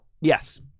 Yes